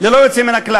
ללא יוצא מהכלל,